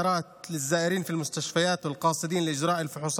למבקרים בבתי החולים לצורך ביצוע בדיקות